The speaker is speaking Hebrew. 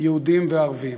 יהודים וערבים.